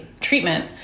treatment